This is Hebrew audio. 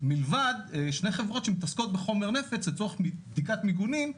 מלבד שתי חברות שמתעסקות בחומר נפץ לצורך בדיקת מיגונים,